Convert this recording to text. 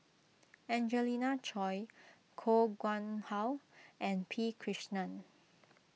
Angelina Choy Koh Nguang How and P Krishnan